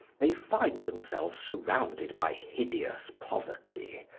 they find themselves surrounded by hideous poverty,